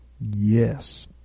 Yes